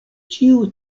ĉiu